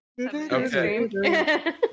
Okay